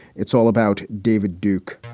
it's all about david duke.